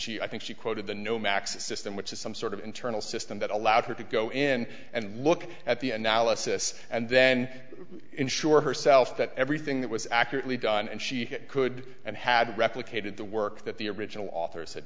she i think she quoted the new max system which is some sort of internal system that allowed her to go in and look at the analysis and then ensure herself that everything that was accurately done and she could and had replicated the work that the original authors ha